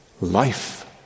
Life